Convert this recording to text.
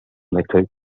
method